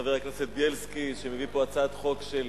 חבר הכנסת בילסקי שמביא לפה הצעת חוק של